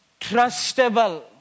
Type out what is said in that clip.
trustable